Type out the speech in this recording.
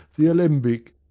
the alembic,